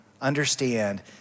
understand